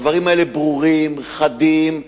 הדברים האלה ברורים וחדים,